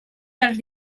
dels